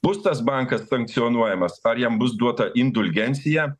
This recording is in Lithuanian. bus tas bankas sankcionuojamas ar jam bus duota indulgencija